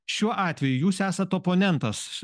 šiuo atveju jūs esat oponentas